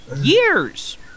years